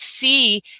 see